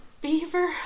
Beaver